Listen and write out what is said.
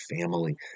family